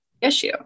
issue